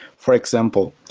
for example,